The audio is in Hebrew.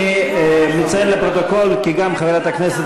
אני מציין לפרוטוקול כי גם חברת הכנסת